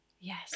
Yes